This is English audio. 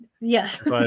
Yes